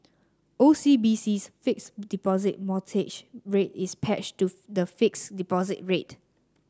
O C B C's Fixed Deposit Rate is to the fixed deposit rate